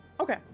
Okay